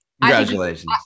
Congratulations